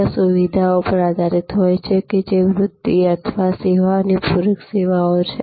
ત્યાં સુવિધાઓ પર આધારિત હોઈ શકે છે જે વૃદ્ધિ અથવા સેવાની પૂરક સેવાઓ છે